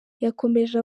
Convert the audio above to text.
yakomeje